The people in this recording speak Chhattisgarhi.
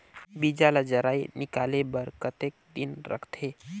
बीजा ला जराई निकाले बार कतेक दिन रखथे?